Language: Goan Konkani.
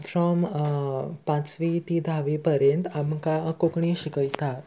फ्रोम पांचवी ती धावी पर्यंत आमकां कोंकणी शिकयता